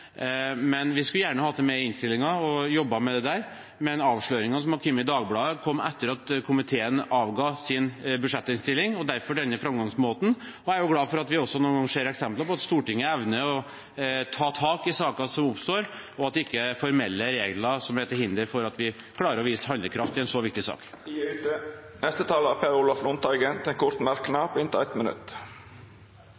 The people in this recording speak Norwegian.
men vi skulle gjerne hatt det med i innstillingen og jobbet med det der. Avsløringene som kom i Dagbladet, kom etter at komiteen avga sin budsjettinnstilling – derfor denne framgangsmåten. Jeg er glad for at vi noen ganger også kan se eksempler på at Stortinget evner å ta tak i saker som oppstår, og at det ikke er formelle regler som er til hinder for at vi klarer å vise handlekraft i en så viktig sak. Representanten Per Olaf Lundteigen har hatt ordet to gonger tidlegare og får ordet til ein kort merknad,